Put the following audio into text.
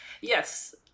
Yes